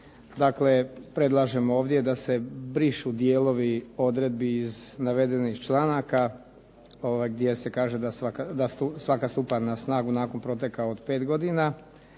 Dakle, predlažemo ovdje da se brišu dijelovi odredbi iz navedenih članaka gdje se kaže da svaka stupa na snagu nakon proteka od pet godina.